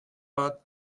are